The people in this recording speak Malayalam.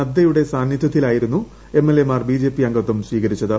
നദ്ദയുടെ സാന്നിദ്ധ്യത്തിലാണ് എംഎൽഎമാർ ബിജെപി അംഗത്വം സ്വീകരിച്ചത്